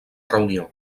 reunió